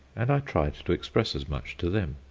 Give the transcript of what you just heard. and i tried to express as much to them.